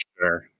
Sure